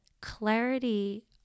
Clarity